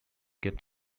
get